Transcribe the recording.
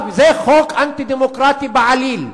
זה חוק אנטי-דמוקרטי בעליל.